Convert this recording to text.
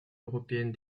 européenne